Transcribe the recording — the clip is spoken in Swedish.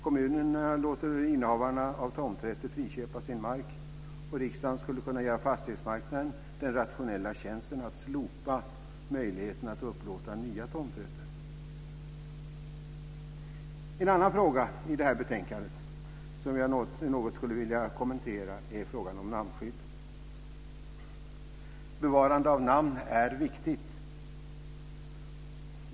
Kommunerna låter innehavarna av tomträtter friköpa sin mark och riksdagen skulle kunna göra fastighetsmarknaden den rationella tjänsten att slopa möjligheten att upplåta nya tomträtter. En annan fråga i detta betänkande som jag något skulle vilja kommentera är frågan om namnskydd. Bevarande av namn är viktigt.